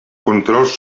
controls